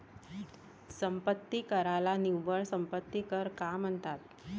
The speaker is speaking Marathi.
संपत्ती कराला निव्वळ संपत्ती कर का म्हणतात?